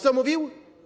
Co mówił?